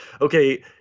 okay